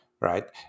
right